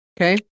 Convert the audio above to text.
okay